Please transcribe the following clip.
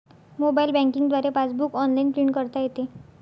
mobile banking द्वारे passbook online print करता येते